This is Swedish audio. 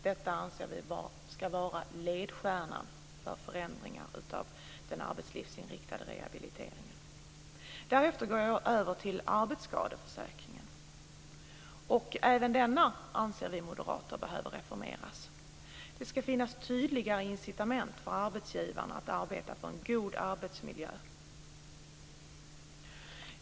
Detta ska vara ledstjärnan vid förändringen av den arbetslivsinriktade rehabiliteringen. Då går jag över till arbetsskadeförsäkringen. Även denna behöver reformeras. Det ska finnas tydliga incitament för arbetsgivarna att arbeta för en god arbetsmiljö.